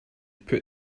put